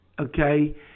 okay